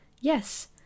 Yes